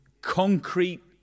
concrete